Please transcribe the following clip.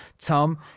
Tom